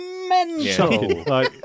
mental